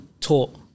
taught